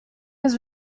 his